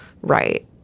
right